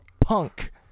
punk